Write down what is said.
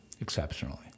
Exceptionally